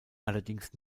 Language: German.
allerdings